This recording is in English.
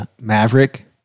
Maverick